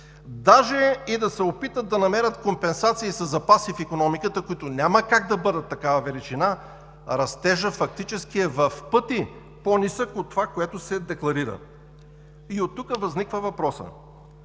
Даже и да се опитат да намерят компенсации със запаси в икономиката, които няма как да бъдат такава величина, растежът фактически е в пъти по-нисък от това, което се декларира. И оттук възниква въпросът: